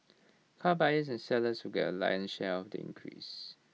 car buyers and sellers will get A lion share of the increase